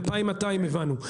2,200 הבנו,